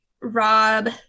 Rob